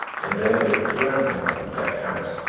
and therewith a grandmother who kept house.